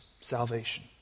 Salvation